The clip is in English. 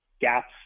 gaps